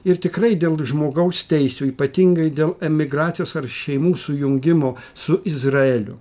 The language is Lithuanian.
ir tikrai dėl žmogaus teisių ypatingai dėl emigracijos ar šeimų sujungimo su izraeliu